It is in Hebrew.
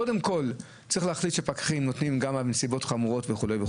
היא קודם כול להחליט שפקחים נותנים דוחות גם על נסיבות חמורות וכולי,